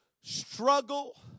struggle